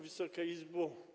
Wysoka Izbo!